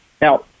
Now